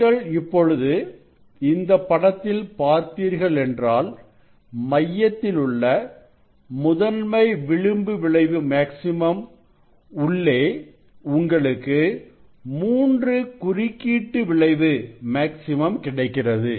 நீங்கள் இப்பொழுது இந்தப்படத்தில் பார்த்தீர்களென்றால் மையத்திலுள்ள முதன்மை விளிம்பு விளைவு மேக்ஸிமம் உள்ளே உங்களுக்கு மூன்று குறுக்கீட்டு விளைவு மேக்ஸிமம் கிடைக்கிறது